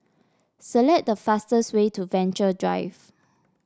select the fastest way to Venture Drive